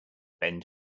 bent